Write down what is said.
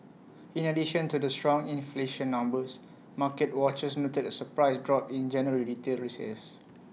in addition to the strong inflation numbers market watchers noted A surprise drop in January retail sales